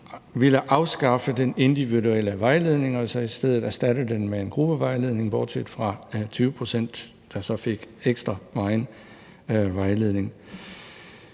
ville afskaffe den individuelle vejledning og så i stedet erstatte den med en gruppevejledning bortset fra 20 pct. af eleverne, der så fik ekstra meget vejledning.